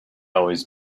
always